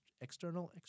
external